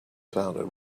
sounded